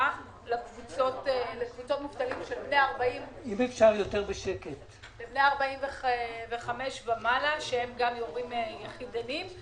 לקבוצות מובטלים בני 45 שהם גם הורים יחידניים,